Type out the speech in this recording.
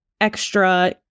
extra